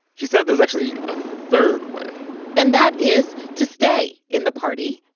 she said there's actually a third way and that is to stay in the party